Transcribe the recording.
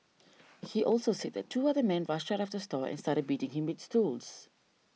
he also said that two other men rushed out of the store and started beating him with stools